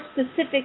specific